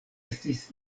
estis